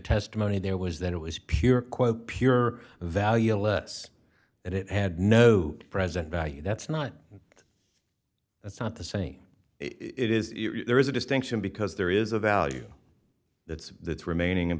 testimony there was that it was pure quote pure value less and it had no present value that's not that's not the same it is there is a distinction because there is a value that it's remaining and